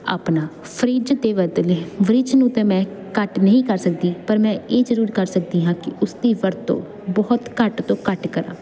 ਆਪਣਾ ਫਰਿਜ ਤਾਂ ਬਦਲੇ ਫਰਿੱਜ ਨੂੰ ਤਾਂ ਮੈਂ ਘੱਟ ਨਹੀਂ ਕਰ ਸਕਦੀ ਪਰ ਮੈਂ ਇਹ ਜ਼ਰੂਰ ਕਰ ਸਕਦੀ ਹਾਂ ਕਿ ਉਸ ਦੀ ਵਰਤੋਂ ਬਹੁਤ ਘੱਟ ਤੋਂ ਘੱਟ ਕਰਾਂ